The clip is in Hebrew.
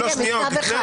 אז יהיה מכתב אחד.